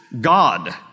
God